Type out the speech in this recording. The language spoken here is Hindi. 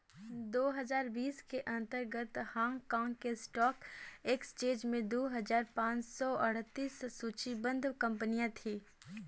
दो हजार बीस के अंत तक हांगकांग के स्टॉक एक्सचेंज में दो हजार पाँच सौ अड़तीस सूचीबद्ध कंपनियां थीं